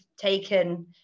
taken